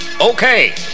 Okay